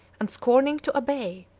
and scorning to obey,